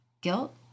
guilt